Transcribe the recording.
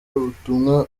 ubutumwa